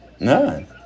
None